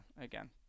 again